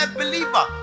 believer